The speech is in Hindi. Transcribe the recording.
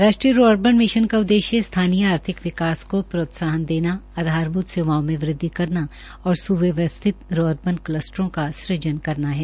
राष्ट्रीय रू अरबन मिशन का उद्देश्य स्थानीय आर्थिक विकास को प्रोत्साहन देना आधारभूत सेवाओं में वृद्धि करना और सुव्यवस्थित रुर्बन क्लस्टरों का सृजन करना है